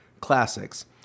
classics